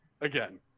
again –